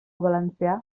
valencià